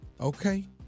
okay